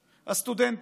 הסטודנטים.